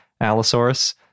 Allosaurus